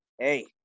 hey